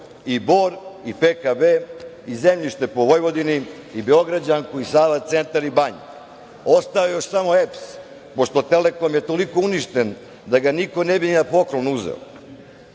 i Bor i PKB i zemljište po Vojvodini i Beograđanku i Sava centar i … Ostao je još samo EPS, pošto je „Telekom“ toliko uništen da ga niko ne bi ni na poklon uzeo. Borba